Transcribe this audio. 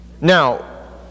Now